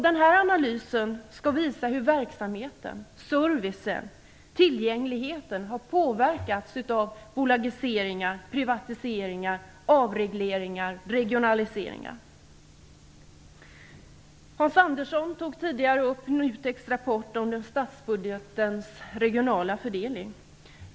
Denna analys skall visa hur verksamheten, servicen och tillgängligheten har påverkats av de bolagiseringar, privatiseringar, avregleringar och regionaliseringar som genomförts. Hans Andersson berörde NUTEK:s rapport om statsbudgetens regionala fördelning.